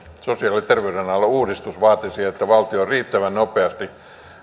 sosiaali ja terveydenalan uudistus vaatisi että valtio riittävän nopeasti